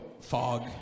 fog